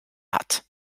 hat